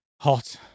Hot